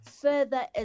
further